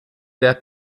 der